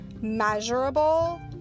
measurable